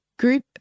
group